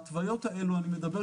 והוא מולי